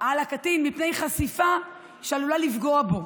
על הקטין מפני חשיפה שעלולה לפגוע בו,